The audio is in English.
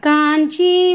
Kanchi